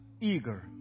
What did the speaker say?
eager